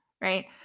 Right